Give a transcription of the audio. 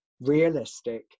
realistic